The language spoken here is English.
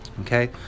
okay